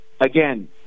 again